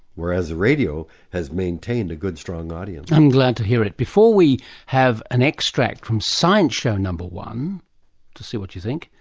whereas radio has maintained a good strong audience. i'm glad to hear it. before we have an extract from the science show number one to see what you think,